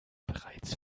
bereits